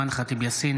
אימאן ח'טיב יאסין,